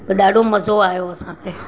त ॾाढो मज़ो आहियो असांखे